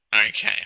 Okay